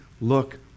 look